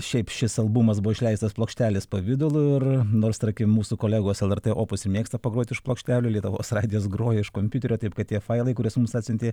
šiaip šis albumas buvo išleistas plokštelės pavidalu ir nors tarkim mūsų kolegos lrt opus mėgsta pagrot už plokštelių lietuvos radijas groja iš kompiuterio taip kad tie failai kuriuos mums atsiuntė